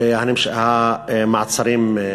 והמעצרים נמשכים.